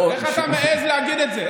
איך אתה מעז להגיד את זה?